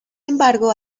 embargo